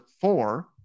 four